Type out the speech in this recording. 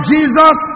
Jesus